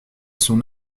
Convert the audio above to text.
son